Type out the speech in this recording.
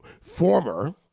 former